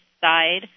side